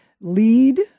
lead